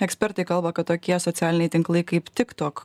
ekspertai kalba kad tokie socialiniai tinklai kaip tik tok